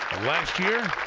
last year.